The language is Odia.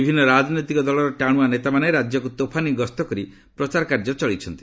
ବିଭିନ୍ନ ରାଜନୈତିକ ଦଳର ଟାଣୁଆ ନେତାମାନେ ରାଜ୍ୟକୁ ତୋଫାନି ଗସ୍ତକରି ପ୍ରଚାରକାର୍ଯ୍ୟ ଚଳାଇଛନ୍ତି